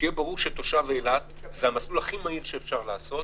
שיהיה ברור שתושב אילת זה המסלול הכי מהיר שאפשר לעשות,